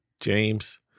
James